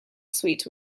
suite